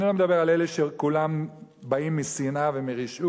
אני לא מדבר על אלה שכולם באים משנאה ומרשעות,